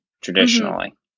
traditionally